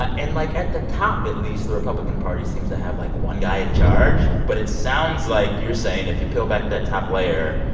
ah and like, at the top at least, the republican party seems to have, like, one guy in charge. but it sounds like you're saying if you peel back that top layer,